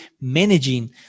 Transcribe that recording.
managing